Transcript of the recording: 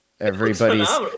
Everybody's